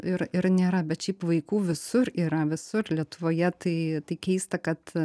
ir ir nėra bet šiaip vaikų visur yra visur lietuvoje tai tai keista kad